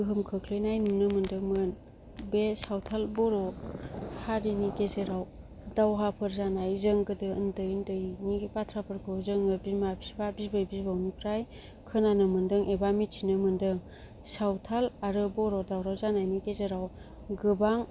गोहोम खोख्लैनाय नुनो मोन्दोंमोन बे सावथाल बर' हारिनि गेजेराव दावहाफोर जानाय जों गोदो ओन्दै ओन्दैनि बाथ्राफोरखौ जोङो बिमा फिफा बिबै बिबौनिफ्राय खोनानो मोन्दों एबा मिथिनि मोन्दों सावथाल आरो बर' दावराव जानायनि गेजेराव गोबां